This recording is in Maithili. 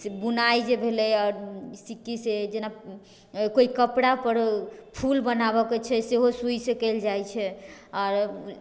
बुनाई जे भेलै सिक्कीसँ जेना कोइ कपड़ापर फूल बनाबऽके छै सेहो सूइसँ कयल जाइ छै आओर